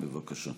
בבקשה.